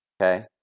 Okay